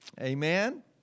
Amen